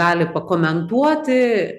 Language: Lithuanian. gali pakomentuoti